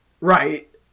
Right